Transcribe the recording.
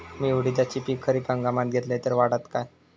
मी उडीदाचा पीक खरीप हंगामात घेतलय तर वाढात काय?